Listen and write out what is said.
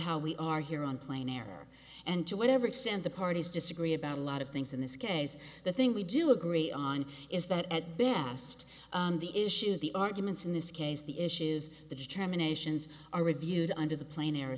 how we are here on plain air and to whatever extent the parties disagree about a lot of things in this case the thing we do agree on is that at best the issues the arguments in this case the issues the determinations are reviewed under the plane